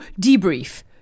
debrief